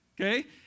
okay